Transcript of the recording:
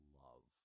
love